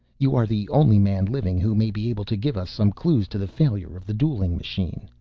you are the only man living who may be able to give us some clues to the failure of the dueling machine.